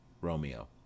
Romeo